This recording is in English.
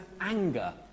anger